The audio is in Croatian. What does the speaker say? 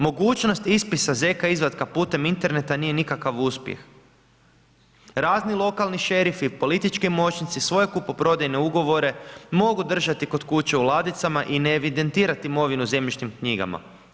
Mogućnost ispisa ZK izvadak putem interneta nije nikakav uspjeh, razni lokalni šerifi, politički moćnici, svoje kupoprodajne ugovore, mogu držati kod kuće u ladicama i ne evidentirati imovinu u zemljišnim knjigama.